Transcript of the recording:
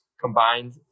combined